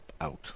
out